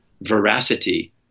veracity